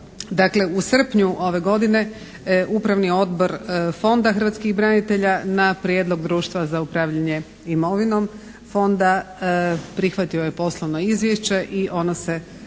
u srpnju ove godine Upravni odbor Fonda hrvatskih branitelja na prijedlog Društva za upravljanje imovinom fonda prihvatio je poslovno izvješće i ono se